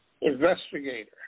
investigator